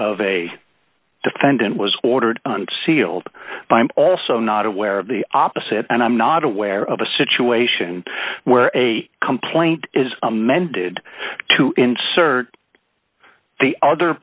of a defendant was ordered and sealed by i'm also not aware of the opposite and i'm not aware of a situation where a complaint is amended to insert the other